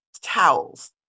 towels